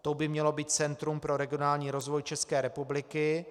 Tou by mělo být Centrum pro regionální rozvoj České republiky.